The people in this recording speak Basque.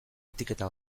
etiketa